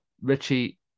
Richie